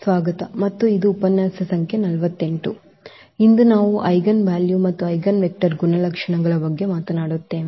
ಸ್ವಾಗತ ಮತ್ತು ಇದು ಉಪನ್ಯಾಸ ಸಂಖ್ಯೆ 48 ಮತ್ತು ಇಂದು ನಾವು ಈಗ ಐಜೆನ್ವಾಲ್ಯೂ ಮತ್ತು ಐಜೆನ್ವೆಕ್ಟರ್ ಗುಣಲಕ್ಷಣಗಳ ಬಗ್ಗೆ ಮಾತನಾಡುತ್ತೇವೆ